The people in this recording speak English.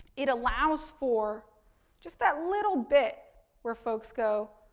it allows for just that little bit where folks go